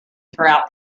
throughout